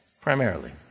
primarily